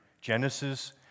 Genesis